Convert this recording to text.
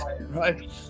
right